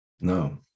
No